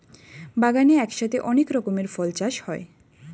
বাগানে একসাথে অনেক রকমের ফল চাষ হয়